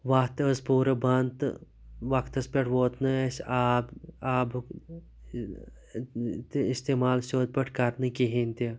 وَتھ تہِ أسۍ پور بَنٛد تہٕ وَقتَس پٮ۪ٹھ ووت نہٕ اَسہِ آب آبُک تہِ اِستعمال سیٚود پٲٹھۍ کَرنہِ کہیٖنۍ تہِ